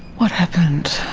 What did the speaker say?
what happened?